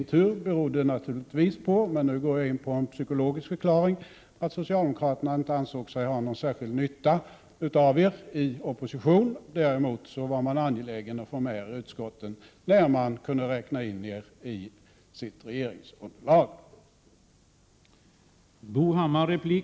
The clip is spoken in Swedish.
Detta berodde givetvis på — nu går jag in på en psykologisk förklaring — att socialdemokraterna inte ansåg sig ha någon särskild nytta av er då de själva satt i oppositionsställning. Däremot var socialdemokraterna angelägna om att få med er i utskotten när de kunde räkna in er i sitt regeringsunderlag.